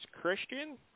Christian